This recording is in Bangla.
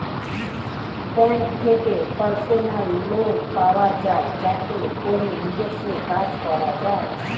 ব্যাংক থেকে পার্সোনাল লোন পাওয়া যায় যাতে করে নিজস্ব কাজ করা যায়